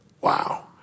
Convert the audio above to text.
Wow